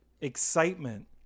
excitement